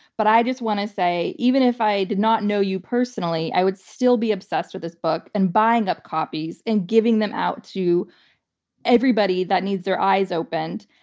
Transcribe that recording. but i just want to say even if i did not know you personally, i would still be obsessed with this book and buying up copies and giving them out to everybody that needs their eyes opened.